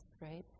right